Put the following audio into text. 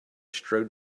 strode